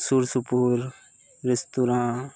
ᱥᱩᱨ ᱥᱩᱯᱩᱨ ᱱᱮᱥᱛᱳᱨᱟ